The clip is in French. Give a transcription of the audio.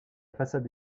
façade